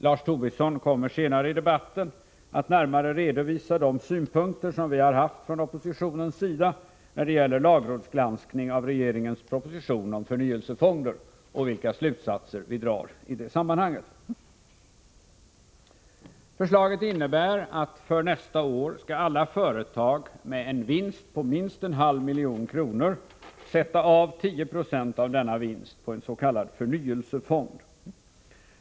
Lars Tobisson kommer senare i debatten att närmare redovisa de synpunkter vi har haft från oppositionens sida när det gäller lagrådsgranskning av regeringens proposition om förnyelsefonder och vilka slutsatser vi drar i det sammanhanget. Förslaget innebär att för nästa år skall alla företag med en vinst på minst 0,5 milj.kr. sätta av 10 96 av denna vinst på en s.k. förnyelsefond.